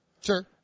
Sure